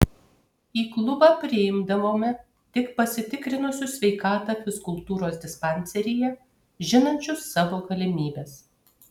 į klubą priimdavome tik pasitikrinusius sveikatą fizkultūros dispanseryje žinančius savo galimybes